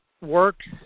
works